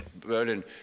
Berlin